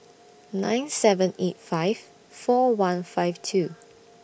nine seven eight five four one five two